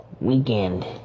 weekend